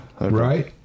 Right